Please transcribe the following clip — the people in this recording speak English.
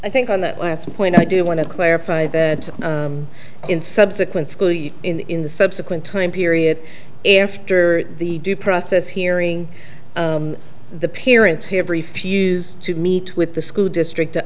i think on that last point i do want to clarify that in subsequent school in the subsequent time period efter the due process hearing the parents have refused to meet with the school district to